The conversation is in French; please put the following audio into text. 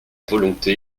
volonté